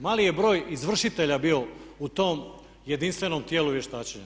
Mali je broj izvršitelja bio u tom jedinstvenom tijelu vještačenja.